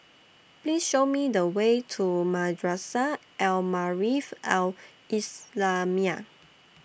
Please Show Me The Way to Madrasah Al Maarif Al Islamiah